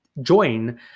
join